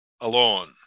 alone